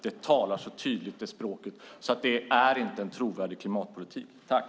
Det talar sitt tydliga språk. Det är inte en trovärdig klimatpolitik.